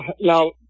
now